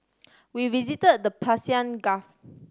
we visited the Persian Gulf